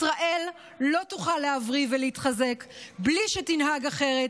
ישראל לא תוכל להבריא ולהתחזק בלי שתנהג אחרת,